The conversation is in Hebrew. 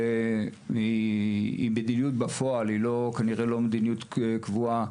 שהיא מדיניות בפועל וכנראה לא מדיניות קבועה,